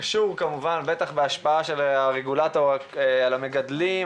בהשפעה של הרגולטור על המגדלים,